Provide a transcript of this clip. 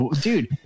dude